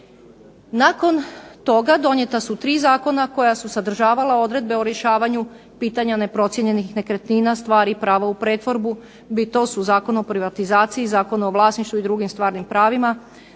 Nakon toga donijeta su tri zakona koja su sadržavala odredbe o rješavanju pitanja neprocijenjenih nekretnina, stvari i prava u pretvorbi. To su Zakon o privatizaciji, Zakon o vlasništvu i drugim stvarnim pravima,